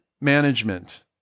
management